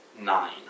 nine